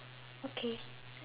okay